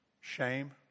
Shame